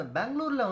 Bangalore